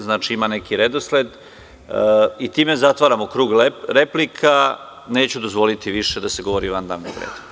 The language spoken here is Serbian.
Znači, ima neki redosled i time zatvaramo krug replika, neću dozvoliti više da se govori van teme.